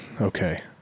okay